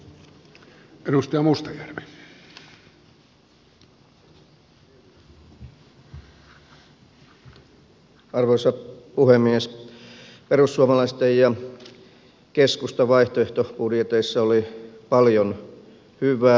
perussuomalaisten ja keskustan vaihtoehtobudjeteissa oli paljon hyvää